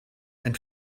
and